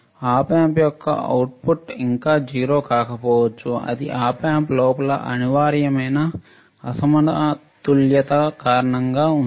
Op Amp యొక్క output ఇంకా 0 కాకపోవచ్చు ఇది Op Amp లోపల అనివార్యమైన అసమతుల్యత కారణంగా ఉంది